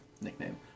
nickname